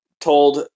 told